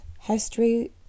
History